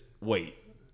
Wait